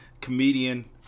comedian